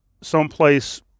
someplace